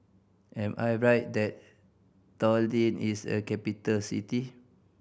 am I right that Tallinn is a capital city